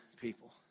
people